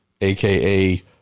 AKA